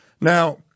Now